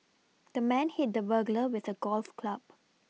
the man hit the burglar with a golf club